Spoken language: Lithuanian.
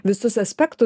visus aspektus